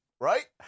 right